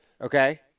Okay